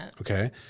Okay